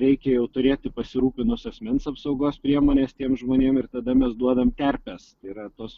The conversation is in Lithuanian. reikia jau turėti pasirūpinus asmens apsaugos priemones tiem žmonėm ir tada mes duodam terpes tai yra tuos